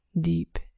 deep